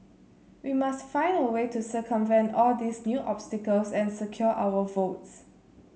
we must find a way to circumvent all these new obstacles and secure our votes